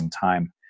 time